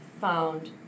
found